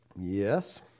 Yes